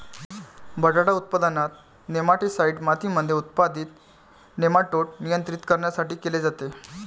बटाटा उत्पादनात, नेमाटीसाईड मातीमध्ये उत्पादित नेमाटोड नियंत्रित करण्यासाठी केले जाते